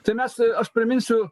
tai mes aš priminsiu